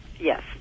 Yes